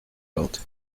built